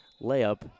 layup